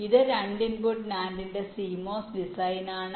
ഇത് രണ്ട് input NAND ന്റെ CMOS ഡിസൈൻ ആണ്